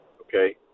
Okay